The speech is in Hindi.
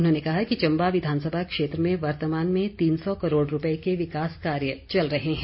उन्होंने कहा कि चम्बा विधानसभा क्षेत्र में वर्तमान में तीन सौ करोड़ रुपये के विकास कार्य चल रहे हैं